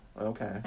okay